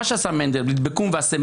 מה שעשה מנדלבליט בקום ועשה,